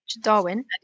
Darwin